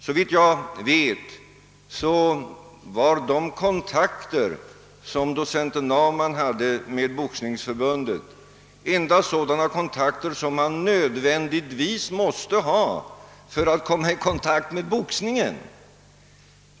Såvitt jag vet har docent Naumanns kontakter med Boxningsförbundet endast varit sådana som var nödvändiga för att komma i kontakt med boxningen.